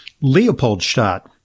Leopoldstadt